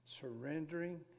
Surrendering